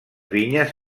vinyes